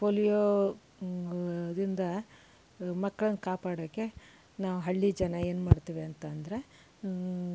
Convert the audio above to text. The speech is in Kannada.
ಪೋಲಿಯೋ ದಿಂದ ಮಕ್ಕಳನ್ನು ಕಾಪಾಡೋಕ್ಕೆ ನಾವು ಹಳ್ಳಿಯ ಜನ ಏನ್ಮಾಡ್ತೀವಿ ಅಂತಂದರೆ